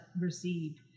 received